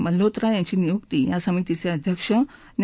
द्रू मल्होत्रा यांची नियुक्ती या समितीच अिध्यक्ष न्या